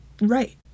right